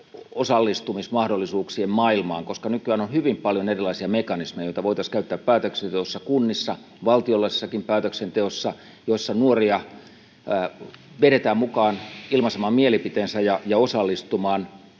tarjoamien — maailmaan, koska nykyään on hyvin paljon erilaisia mekanismeja, joita voitaisiin käyttää päätöksenteossa kunnissa, valtiollisessakin päätöksenteossa ja joissa nuoria vedetään mukaan ilmaisemaan mielipiteensä ja osallistumaan.